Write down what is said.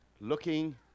looking